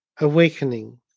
awakening